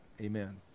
amen